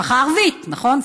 משפחה ערבית, נכון?